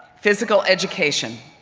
physical education.